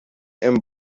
and